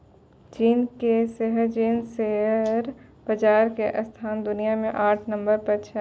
चीन के Shenzhen share बाजार के स्थान दुनिया मे आठ नम्बरो पर छै